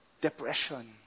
depression